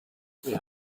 wir